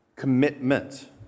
commitment